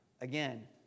Again